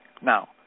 Now